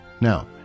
now